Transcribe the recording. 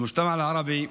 (אומר דברים בשפה הערבית,